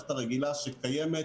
על מנת שהציבור יוכל לפנות ולקבל